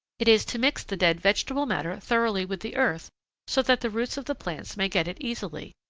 it is to mix the dead vegetable matter thoroughly with the earth so that the roots of the plants may get it easily,